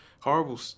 horrible